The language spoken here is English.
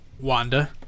Wanda